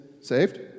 saved